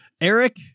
Eric